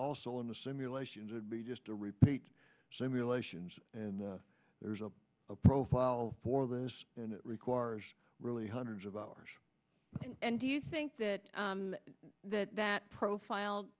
also in the simulations would be just to repeat simulations and there's a a profile for this and it requires really hundreds of hours and do you think that that that profile